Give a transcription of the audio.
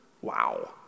Wow